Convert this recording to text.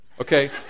Okay